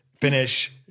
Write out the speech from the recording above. finish